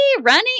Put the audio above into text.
running